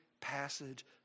passage